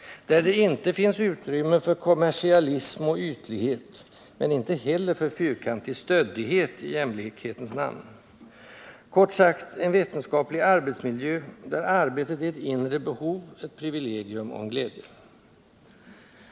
Där det inte finns utrymme för kommersialism och ytlighet, men inte heller för fyrkantig stöddighet i jämlikhetens namn. Kort sagt: en vetenskaplig arbetsmiljö där arbetet är ett inre behov, ett privilegium och en glädje.